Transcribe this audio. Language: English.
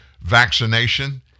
vaccination